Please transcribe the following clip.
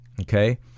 Okay